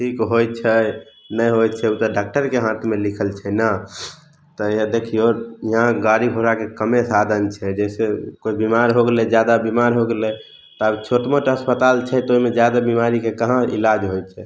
ठीक होइ छै नहि होहि छै तऽ डाक्टरके हाथमे लिखल छै ने तऽ यऽ देखियौ यहाँ गाड़ी घोड़ाके कमे साधन छै जाहिसॅं कोइ बिमाड़ हो गेलै जादा बिमाड़ हो गेलै आब छोट मोट अस्पताल छै तऽ ओहिमे जादा बिमाड़ीके कहाँ इलाज होइ छै